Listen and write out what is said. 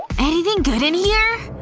anything good in here?